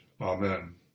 Amen